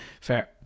Fair